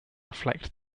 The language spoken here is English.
reflect